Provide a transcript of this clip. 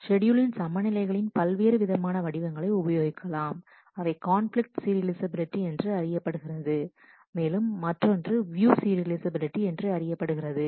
ஷெட்யூலின் சமநிலை களின் பல்வேறு விதமான வடிவங்களை உபயோகிக்கலாம் அவை கான்பிலிக்ட் சீரியலைஃசபிலிட்டி என்று அறியப்படுகிறது மேலும் மற்றொன்று வியூ சீரியலைஃசபிலிட்டி என்று அறியப்படுகிறது